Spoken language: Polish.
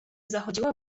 zachodziła